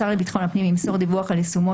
השר לביטחון הפנים ימסור דיווח על יישומו